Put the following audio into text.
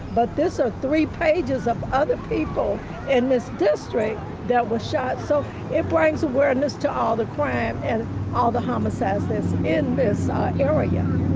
but this are three pages of other people in this district that was shot. so it brings awareness toe all the crime and all the homicides this in this area yeah